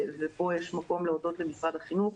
ופה יש מקום להודות למשרד החינוך,